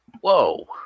Whoa